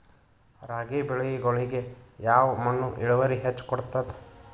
ರಾಗಿ ಬೆಳಿಗೊಳಿಗಿ ಯಾವ ಮಣ್ಣು ಇಳುವರಿ ಹೆಚ್ ಕೊಡ್ತದ?